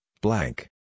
blank